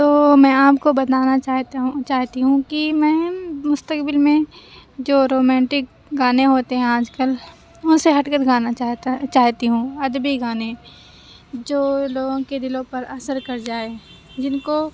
تو میں آپ کو بتانا چا ہتا ہوں چاہتی ہوں کہ میں مستقبل میں جو رومینٹک گانے ہوتے ہیں آج کل اُن سے ہٹ کر گانا چاہتا چاہتی ہوں ادبی گانے جو لوگوں کے دِلوں پر اثر کر جائے جن کو